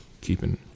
keeping